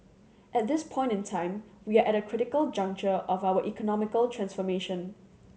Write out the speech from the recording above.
at this point in time we are at a critical juncture of our economic transformation